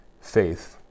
Faith